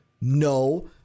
No